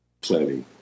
plenty